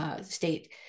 State